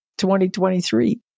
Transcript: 2023